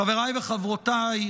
חבריי וחברותיי,